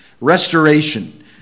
Restoration